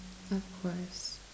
of course